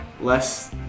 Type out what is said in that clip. less